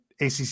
ACC